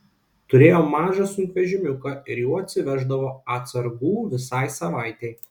turėjo mažą sunkvežimiuką ir juo atsiveždavo atsargų visai savaitei